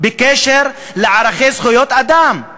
בקשר לערכי זכויות אדם,